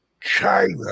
China